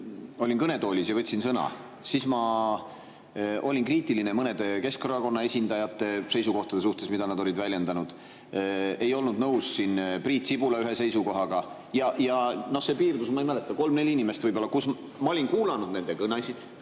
olin kõnetoolis ja võtsin sõna, siis ma olin kriitiline mõnede Keskerakonna esindajate seisukohtade suhtes, mida nad olid väljendanud, ei olnud nõus ka Priit Sibula ühe seisukohaga. Ja see piirdus sellega – ma ei mäleta, kolm, neli inimest võib-olla –, et ma olin kuulanud nende kõnesid,